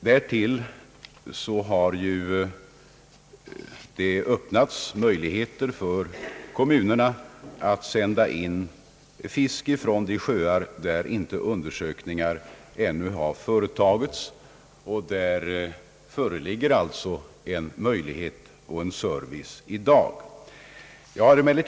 Därtill har det öppnats möjligheter för kommunerna att sända in fisk från de sjöar där undersökningar ännu inte har företagits. Det finns alltså en serviceverksamhet på detta område.